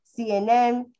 CNN